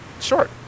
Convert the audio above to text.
short